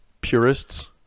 purists